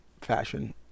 fashion